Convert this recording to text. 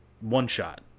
one-shot